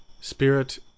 Spirit